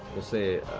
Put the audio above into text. we'll say